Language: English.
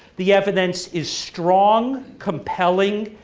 the evidence is strong, compelling,